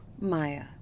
Maya